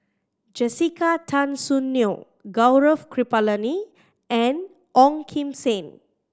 Jessica Tan Soon Neo Gaurav Kripalani and Ong Kim Seng